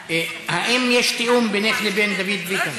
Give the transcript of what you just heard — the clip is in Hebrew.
האם יש תיאום בינך לבין דוד ביטן?